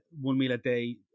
one-meal-a-day